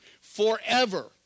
forever